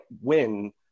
win